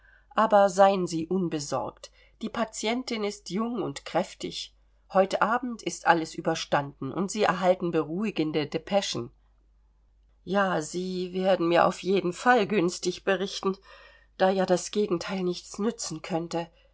aber seien sie unbesorgt die patientin ist jung und kräftig heut abend ist alles überstanden und sie erhalten beruhigende depeschen ja sie werden mir auf jeden fall günstig berichten da ja das gegenteil nichts nützen könnte